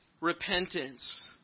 repentance